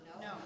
No